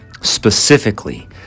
specifically